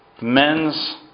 Men's